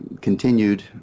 continued